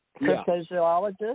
Cryptozoologist